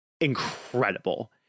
incredible